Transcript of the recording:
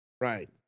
Right